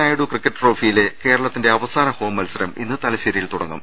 Naidu cricket ട്രോഫിയിലെ കേരളത്തിന്റെ അവസാന ഹോം മത്സരം ഇന്ന് തലശ്ശേരിയിൽ തുട ങ്ങും